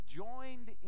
joined